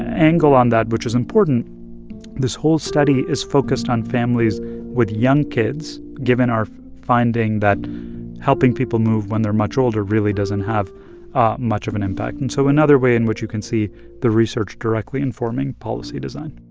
angle on that which is important this whole study is focused on families with young kids, given our finding that helping people move when they're much older really doesn't have much of an impact and so another way in which you can see the research directly informing policy design